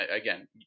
Again